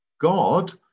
God